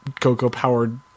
cocoa-powered